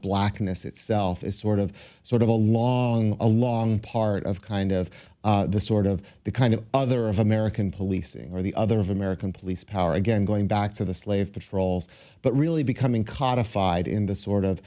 blackness itself is sort of sort of along along part of kind of the sort of the kind of other of american policing or the other of american police power again going back to the slave patrols but really becoming codified in the sort of